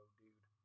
dude